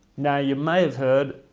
now you may have heard,